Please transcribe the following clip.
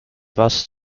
bus